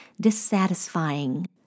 dissatisfying